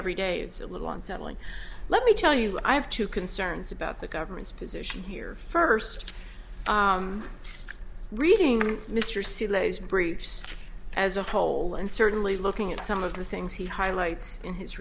every day it's a little unsettling let me tell you i have two concerns about the government's position here first reading mr c lay's briefs as a whole and certainly looking at some of the things he highlights in his